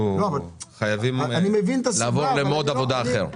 אנחנו חייבים לעבור לדרך עבודה אחרת.